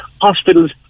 hospitals